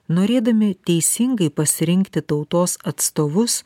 norėdami teisingai pasirinkti tautos atstovus